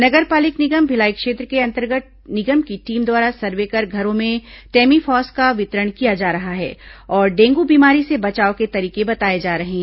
नगर पालिक निगम भिलाई क्षेत्र के अंतर्गत निगम की टीम द्वारा सर्वे कर घरों में टेमीफास् का वितरण किया जा रहा है और डेंगू बीमारी से बचाव के तरीके बताए जा रहे हैं